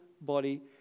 body